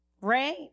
right